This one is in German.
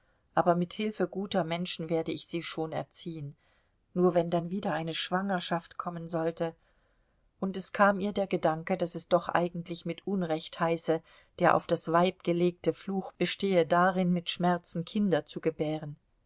aber mit hilfe guter menschen werde ich sie schon erziehen nur wenn dann wieder eine schwangerschaft kommen sollte und es kam ihr der gedanke daß es doch eigentlich mit unrecht heiße der auf das weib gelegte fluch bestehe darin mit schmerzen kinder zu gebären